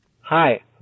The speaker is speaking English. Hi